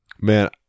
man